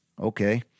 okay